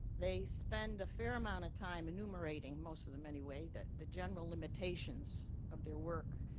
they spend a fair amount of time enumerating most of them, anyway that the general limitations of their work,